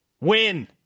Win